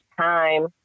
time